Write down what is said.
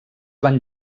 van